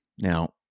Now